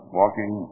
walking